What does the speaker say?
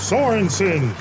Sorensen